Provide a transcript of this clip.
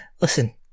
Listen